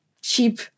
cheap